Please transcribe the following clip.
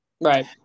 Right